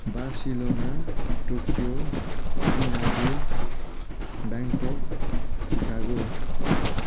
Barcelona Tokyo Singapore Bangkok Chicago